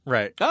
Right